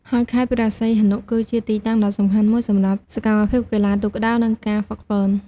ហើយខេត្តព្រះសីហនុ គឺជាទីតាំងដ៏សំខាន់មួយសម្រាប់សកម្មភាពកីឡាទូកក្ដោង និងការហ្វឹកហ្វឺន។